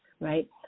right